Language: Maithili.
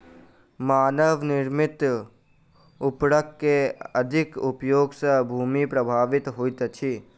मानव निर्मित उर्वरक के अधिक उपयोग सॅ भूमि प्रभावित होइत अछि